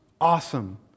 awesome